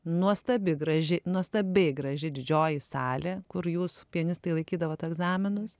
nuostabi graži nuostabiai graži didžioji salė kur jūs pianistai laikydavot egzaminus